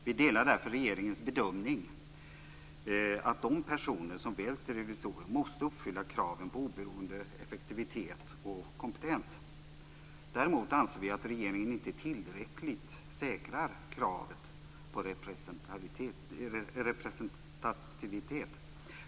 Vi delar därför regeringens bedömning att de personer som väljs till revisorer måste uppfylla kraven på oberoende, effektivitet och kompetens. Däremot anser vi att regeringen inte tillräckligt säkrar kravet på representativitet.